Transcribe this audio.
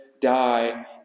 die